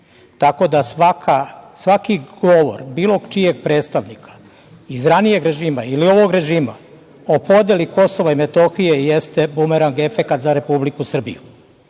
Tako da svaki govor bilo čijeg predstavnika iz ranijeg ili ovog režima o podeli KiM jeste bumerang efekat za Republiku Srbiju.